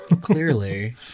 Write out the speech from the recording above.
Clearly